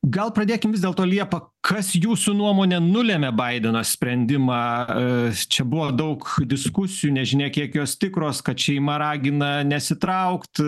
gal pradėkim vis dėlto liepa kas jūsų nuomone nulėmė baideno sprendimą čia buvo daug diskusijų nežinia kiek jos tikros kad šeima ragina nesitraukt